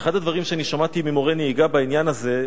אחד הדברים ששמעתי ממורי נהיגה בעניין הזה,